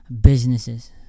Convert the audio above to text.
businesses